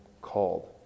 called